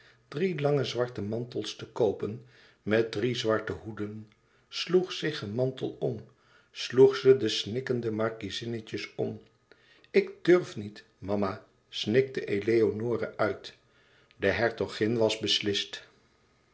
drie lange zwarte mantels te koopen met drie zwarte hoeden sloeg zich een mantel om sloeg ze de snikkende markiezinnetjes om ik durf niet mama snikte eleonore uit de hertogin was beslist